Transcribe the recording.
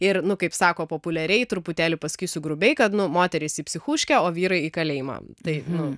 ir nu kaip sako populiariai truputėlį pasakysiu grubiai kad nu moterys į psichūškę o vyrai į kalėjimą tai nu